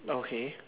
okay